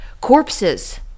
Corpses